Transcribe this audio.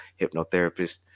hypnotherapist